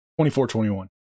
24-21